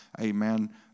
Amen